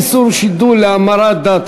איסור שידול להמרת דת),